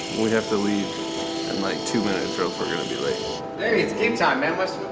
we have to leave, in like two minutes or else we're gonna be late. hey it's game time man, what's